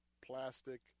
plastic